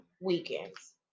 weekends